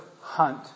Hunt